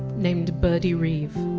named birdie reeve.